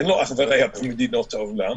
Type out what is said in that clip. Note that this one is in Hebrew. אין לו אך ורע במדינות העולם.